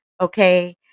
okay